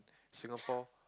Singapore